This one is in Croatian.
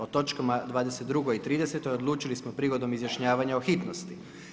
O točkama 22. i 30. odlučili smo prigodom iznjašavanja o hitnosti.